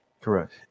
Correct